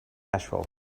asphalt